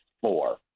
four